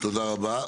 תודה רבה.